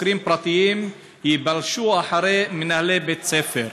חוקרים פרטיים יבלשו אחרי מנהלי בתי-ספר.